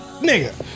Nigga